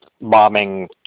Bombing